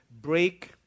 Break